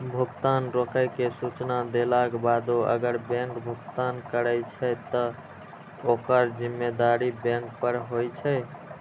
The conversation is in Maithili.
भुगतान रोकै के सूचना देलाक बादो अगर बैंक भुगतान करै छै, ते ओकर जिम्मेदारी बैंक पर होइ छै